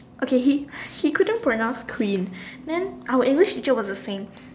okay he he couldn't pronounce queen then our English teacher was a saint